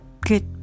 good